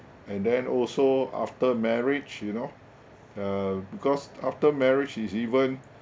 and then also after marriage you know uh because after marriage it's even